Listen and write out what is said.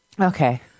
Okay